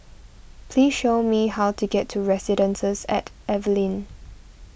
please tell me how to get to Residences at Evelyn